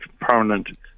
permanent